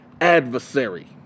adversary